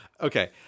Okay